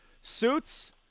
Suits